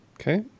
Okay